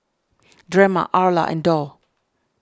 Drema Arla and Dorr